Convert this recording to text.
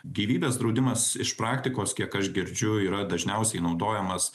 gyvybės draudimas iš praktikos kiek aš girdžiu yra dažniausiai naudojamas